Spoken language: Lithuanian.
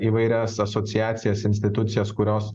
įvairias asociacijas institucijas kurios